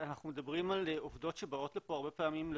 אנחנו מדברים על עובדות שבאות לפה הרבה פעמים לתקופות.